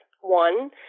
One